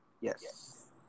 Yes